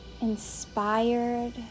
inspired